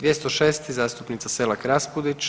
206. zastupnica Selak Raspudić.